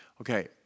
Okay